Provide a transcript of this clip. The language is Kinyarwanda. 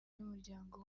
ry’umuryango